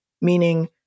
meaning